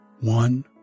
one